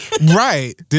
Right